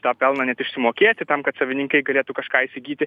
tą pelną net išsimokėti tam kad savininkai galėtų kažką įsigyti